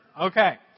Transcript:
Okay